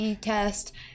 test